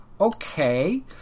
Okay